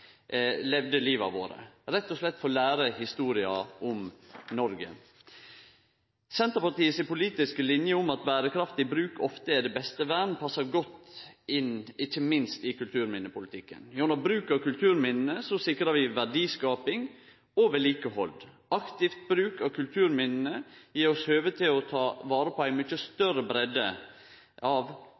rett og slett få lære historia om Noreg. Senterpartiet si politiske linje om at berekraftig bruk ofte er det beste vern, passar godt inn – ikkje minst i kulturminnepolitikken. Gjennom bruk av kulturminna sikrar vi verdiskaping og vedlikehald. Aktiv bruk av kulturminna gjev oss høve til å ta vare på ei mykje større breidd av